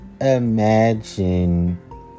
imagine